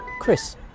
Chris